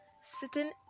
sitting